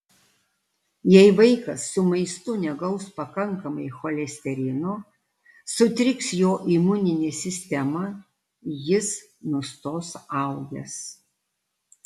jei vaikas su maistu negaus pakankamai cholesterino sutriks jo imuninė sistema jis nustos augęs